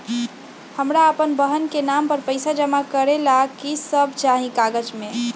हमरा अपन बहन के नाम पर पैसा जमा करे ला कि सब चाहि कागज मे?